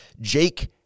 Jake